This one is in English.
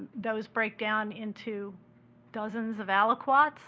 those break down into dozens of aliquots,